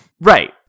Right